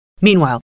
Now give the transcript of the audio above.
Meanwhile